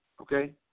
okay